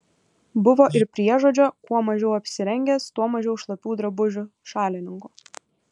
buvo ir priežodžio kuo mažiau apsirengęs tuo mažiau šlapių drabužių šalininkų